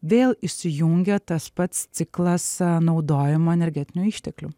vėl įsijungia tas pats ciklas naudojimo energetinių išteklių